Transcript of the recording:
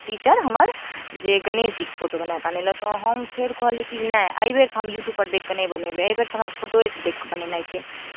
teacher हमर जे गणेशजीके फोटो बनाकऽ आनैलए तऽ हम फेर कहलिए कि जे नहि एहिबेर तऽ हम यूट्यूबपर देखिकऽ नहि बनेबै एहिबेर तऽ हम फोटोएसँ देखिकऽ बनेनाइ छै